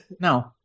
No